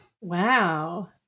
Wow